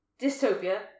Dystopia